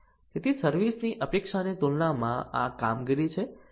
તેથી સર્વિસ ની અપેક્ષાની તુલનામાં આ કામગીરી છે